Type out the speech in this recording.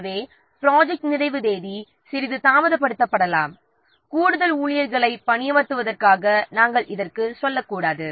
எனவே ப்ராஜெக்ட்டின் நிறைவு தேதி சிறிது தாமதப்படுத்தப்படலாம் கூடுதல் ஊழியர்களை பணியமர்த்துவதற்காக நாம் இதற்கு செல்லக்கூடாது